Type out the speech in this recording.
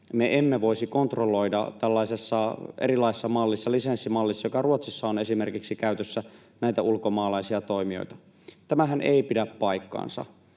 me emme voisi kontrolloida tällaisessa erilaisessa mallissa, lisenssimallissa, joka esimerkiksi Ruotsissa on käytössä, näitä ulkomaalaisia toimijoita. Tämähän ei pidä paikkaansa.